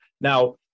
Now